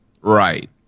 Right